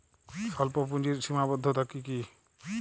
স্বল্পপুঁজির সীমাবদ্ধতা কী কী?